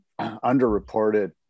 underreported